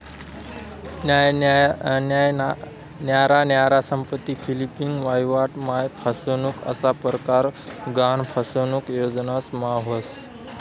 न्यारा न्यारा संपत्ती फ्लिपिंग, वहिवाट मा फसनुक असा परकार गहान फसनुक योजनास मा व्हस